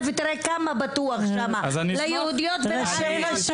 ותראה כמה בטוח שם ליהודיות ולערביות.